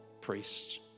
priests